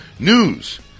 News